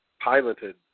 piloted